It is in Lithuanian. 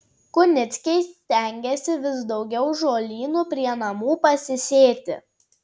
kunickiai stengiasi vis daugiau žolynų prie namų pasisėti